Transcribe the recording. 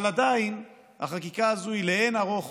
אבל עדיין החקיקה הזו היא לאין-ערוך